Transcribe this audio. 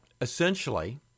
essentially